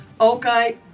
Okay